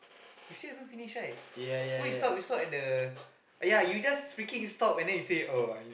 you still haven't finish right why you stop you stop at the ya you just freaking stop and then you say oh